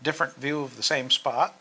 different view of the same spot